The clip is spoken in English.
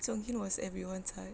jonghyun was everyone's heart